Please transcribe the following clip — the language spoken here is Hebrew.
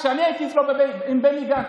כשאני הייתי אצלו עם בני גנץ,